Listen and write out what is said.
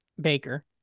Baker